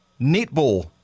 netball